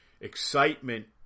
Excitement